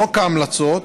חוק ההמלצות,